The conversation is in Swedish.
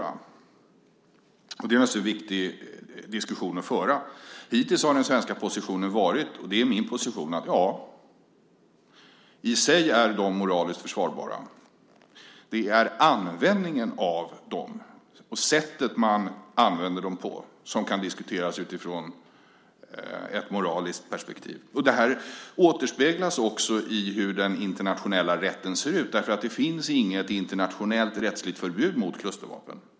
Det är naturligtvis en viktig diskussion att föra. Hittills har den svenska positionen varit - det är också min position - att ja, i sig är de moraliskt försvarbara. Det är användningen av dem och sättet man använder dem på som kan diskuteras utifrån ett moraliskt perspektiv. Det här återspeglas också i hur den internationella rätten ser ut, därför att det finns inget internationellt rättsligt förbud mot klustervapen.